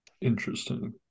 Interesting